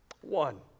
One